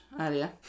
earlier